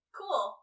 cool